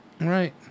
Right